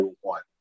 one